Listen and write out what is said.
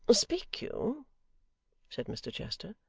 speak you said mr chester,